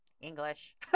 English